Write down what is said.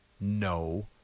No